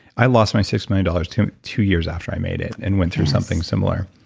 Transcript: i lost my six million dollars two two years after i made it, and went through something similar.